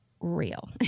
real